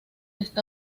está